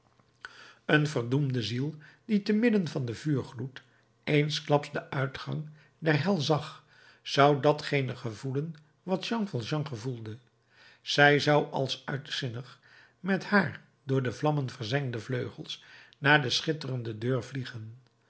een verdoemde ziel die te midden van den vuurgloed eensklaps den uitgang der hel zag zou datgene gevoelen wat jean valjean gevoelde zij zou als uitzinnig met haar door de vlammen verzengde vleugels naar de schitterende deur vliegen